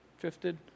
drifted